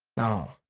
no,